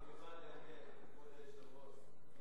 למען האמת,